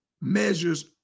measures